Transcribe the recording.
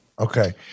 Okay